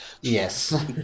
Yes